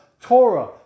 Torah